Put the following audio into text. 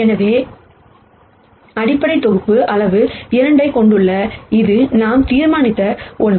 எனவே அடிப்படை தொகுப்பு அளவு 2 ஐக் கொண்டுள்ளது இது நாம் தீர்மானித்த ஒன்று